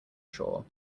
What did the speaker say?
shore